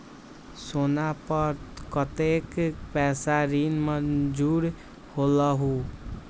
सोना पर कतेक पैसा ऋण मंजूर होलहु?